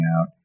out